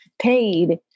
paid